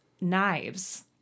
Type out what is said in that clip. knives